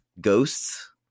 ghosts